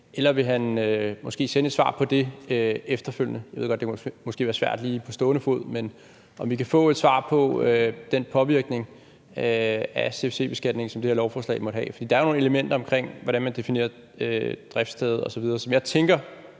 eller vil han måske sende et svar på det efterfølgende? Jeg ved godt, at det måske kan være svært lige på stående fod, men kan vi få et svar på, hvilken påvirkning af CFC-beskatningen det her lovforslag måtte have? Der er jo nogle elementer om, hvordan man definerer driftssted osv., som jeg tænker